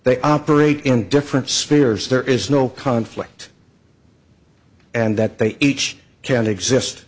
they operate in different spheres there is no conflict and that they each can exist